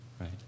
right